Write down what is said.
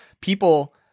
people